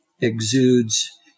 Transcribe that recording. exudes